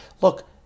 Look